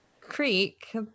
Creek